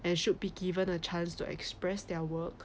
and should be given a chance to express their work